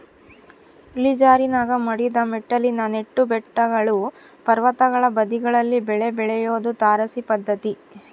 ಇಳಿಜಾರಿನಾಗ ಮಡಿದ ಮೆಟ್ಟಿಲಿನ ನೆಟ್ಟು ಬೆಟ್ಟಗಳು ಪರ್ವತಗಳ ಬದಿಗಳಲ್ಲಿ ಬೆಳೆ ಬೆಳಿಯೋದು ತಾರಸಿ ಪದ್ಧತಿ